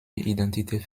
identität